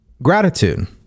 Gratitude